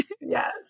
Yes